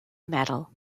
medal